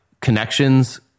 connections